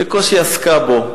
בקושי עסקה בו.